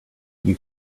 you